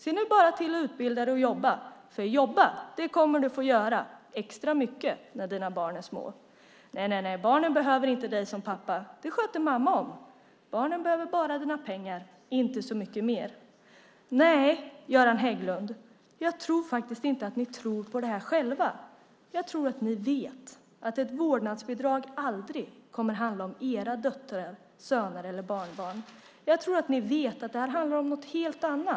Se nu bara till att utbilda dig och jobba, för jobba kommer du att få göra extra mycket när dina barn är små. Barnen behöver inte dig som pappa. Dem sköter mamma om. Barnen behöver bara dina pengar och inte så mycket mer. Nej, Göran Hägglund, jag tror faktiskt inte att ni tror på det här själva. Jag tror att ni vet att ett vårdnadsbidrag aldrig kommer att gälla era döttrar, söner eller barnbarn. Jag tror att ni vet att det handlar om något helt annat.